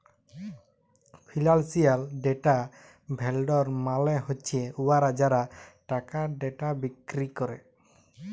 financial data vendor মালে হছে উয়ারা যারা টাকার ডেটা বিক্কিরি ক্যরে